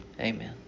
Amen